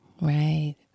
Right